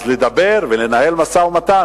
אז במקום לדבר ולנהל משא-ומתן,